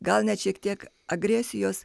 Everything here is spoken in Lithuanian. gal net šiek tiek agresijos